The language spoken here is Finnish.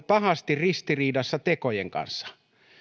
pahasti ristiriidassa tekojen kanssa